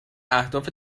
اهداف